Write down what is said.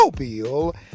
Mobile